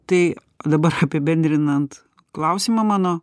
tai dabar apibendrinant klausimą mano